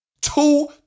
Two